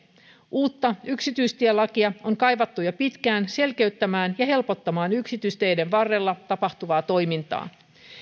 uutta yksityistielakia on kaivattu jo pitkään selkeyttämään ja helpottamaan yksityisteiden varrella tapahtuvaa toimintaa